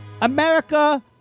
America